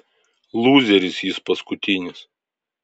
lūzeris jis paskutinis